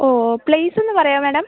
ഓ place ഒന്ന് പറയാമോ madam